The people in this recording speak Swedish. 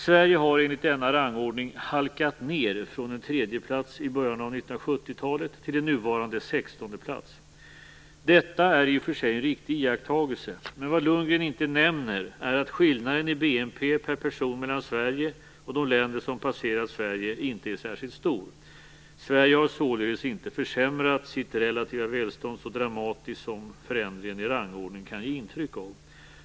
Sverige har enligt denna rangordning "halkat ned" från en tredjeplats i början av 1970-talet till en nuvarande sextondeplats. Detta är i och för sig en riktig iakttagelse, men vad Lundgren inte nämner är att skillnaden i BNP per person mellan Sverige och de länder som passerat Sverige inte är särskilt stor. Sverige har således inte försämrat sitt relativa välstånd så dramatiskt som förändringen i rangordning kan ge intryck av.